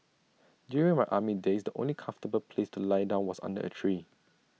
during my army days the only comfortable place to lie down was under A tree